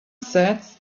sets